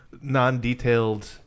non-detailed